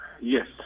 Yes